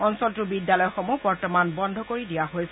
অঞ্চলটোৰ বিদ্যালয়সমূহ বৰ্তমান বন্ধ কৰি দিয়া হৈছে